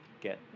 get